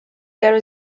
there